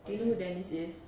do you know who dennis is